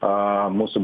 o mūsų